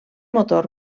motor